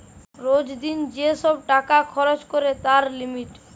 রোজ দিন যেই সব টাকা খরচ করে তার লিমিট